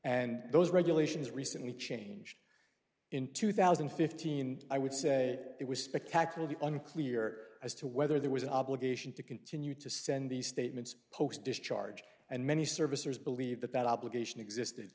and those regulations recently changed in two thousand and fifteen i would say it was spectacularly unclear as to whether there was an obligation to continue to send these statements post discharge and many servicers believe that that obligation existed